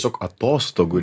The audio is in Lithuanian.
tiesiog atostogų